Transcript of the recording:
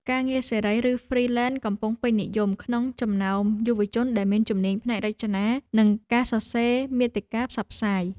ការងារសេរី ឬហ្វ្រីឡែនកំពុងពេញនិយមក្នុងចំណោមយុវជនដែលមានជំនាញផ្នែករចនា និងការសរសេរមាតិកាផ្សព្វផ្សាយ។